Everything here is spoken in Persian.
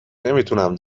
نمیتونم